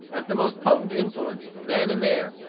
as the most potent influence, then and there,